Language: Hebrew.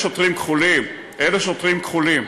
אלה שוטרים כחולים, אלה שוטרים כחולים.